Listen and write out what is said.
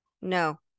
No